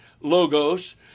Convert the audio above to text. logos